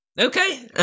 Okay